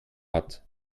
hat